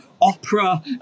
opera